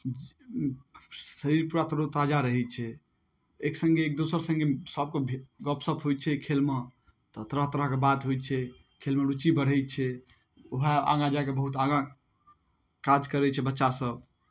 शरीर पूरा तरोताजा रहै छै एक सङ्गे एक दोसर सङ्गे सब गपशप होइ छै खेलमे तऽ तरह तरहके बात होइ छै खेलमे रूचि बढ़ै छै वएह आगा जाकऽ बहुत आगाँ काज करै छै बच्चा सब